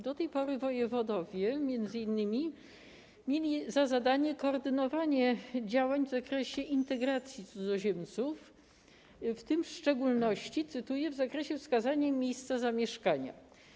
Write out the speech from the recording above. Do tej pory wojewodowie m.in. mieli za zadanie koordynowanie działań w zakresie integracji cudzoziemców, w tym w szczególności, cytuję: w zakresie wskazania im miejsca zamieszkania.